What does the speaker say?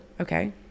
Okay